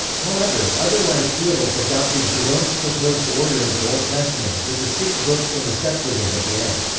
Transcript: however, otherwise theodulf adopted jerome's proposed order of the old testament, with the six books from the septuagint at the end.